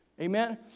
amen